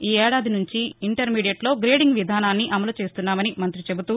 ఈ ఏడాది నుంచి ఇంటర్మీడియెట్లో గ్రేడింగ్ విధానాన్ని అమలు చేస్తున్నామని మంత్రి చెబుతూ